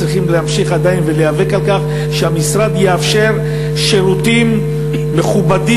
צריכים להמשיך עדיין להיאבק על כך שהמשרד יאפשר שירותים מכובדים